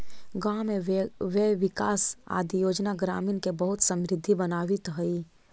गाँव में गव्यविकास आदि योजना ग्रामीण के बहुत समृद्ध बनावित हइ